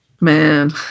man